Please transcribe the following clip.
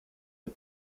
and